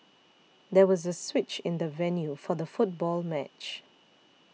there was a switch in the venue for the football match